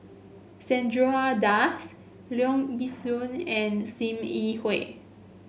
Chandra Das Leong Yee Soo and Sim Yi Hui